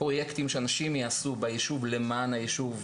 פרויקטים שאנשים יעשו ביישוב למען היישוב.